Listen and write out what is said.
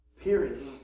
Period